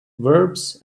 verbs